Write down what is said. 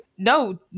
No